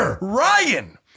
Ryan